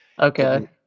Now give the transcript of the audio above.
Okay